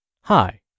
Hi